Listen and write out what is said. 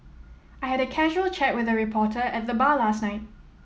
I had a casual chat with a reporter at the bar last night